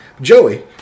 Joey